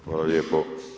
Hvala lijepo.